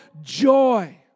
joy